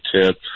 tip